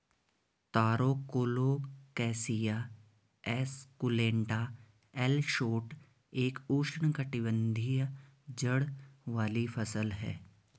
तारो Colocasia esculenta L Schott एक उष्णकटिबंधीय जड़ वाली फसल है